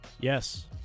Yes